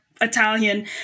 Italian